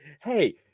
Hey